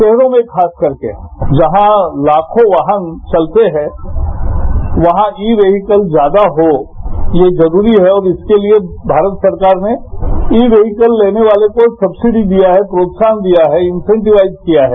शहरों में खास करके जहां लाखों वाहन चलते है वहां ई व्हीकल ज्यादा हो ये जरूरी है और इसके लिए भारत सरकार ने ई व्हीकल लेने वाले को सब्सिडी दिया है प्रोत्साहन दिया है इंसेंटीवाइस किया है